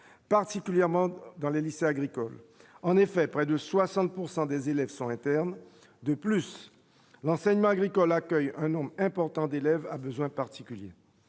particulièrement dans les lycées agricoles en effet près de 60 pourcent des élèves sont internes de plus l'enseignement agricole accueille un homme important d'élèves à besoins particuliers